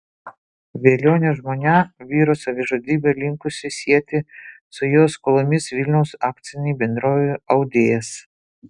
velionio žmona vyro savižudybę linkusi sieti su jo skolomis vilniaus akcinei bendrovei audėjas